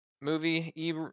Movie